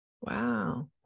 Wow